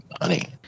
money